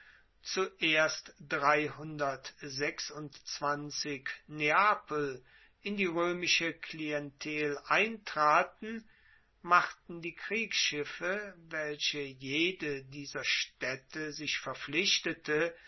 zuerst neapel in die roemische klientel eintraten machten die kriegsschiffe welche jede dieser staedte sich verpflichtete